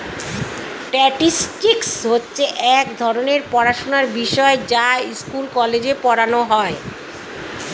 statistics হচ্ছে এক ধরণের পড়াশোনার বিষয় যা স্কুলে, কলেজে পড়ানো হয়